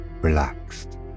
relaxed